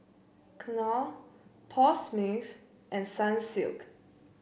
Knorr Paul Smith and Sunsilk